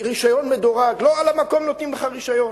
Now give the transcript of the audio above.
רשיון מדורג, לא על המקום נותנים לך רשיון.